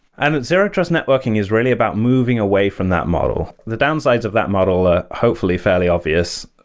and zero-trust networking is really about moving away from that model. the downsides of that model are hopefully fairly obvious,